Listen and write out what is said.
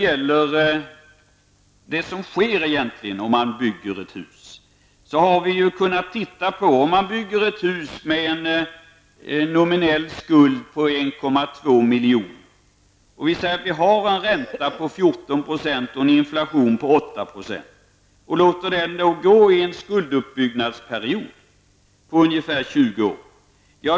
Vi tänker oss att vi bygger ett hus med en nominell skuld på 1,2 milj.kr., varvid räntan uppgår till 14 % och inflationen till 8 %, och låter det hela gå under en skulduppbyggnadsperiod på ungefär 20 år.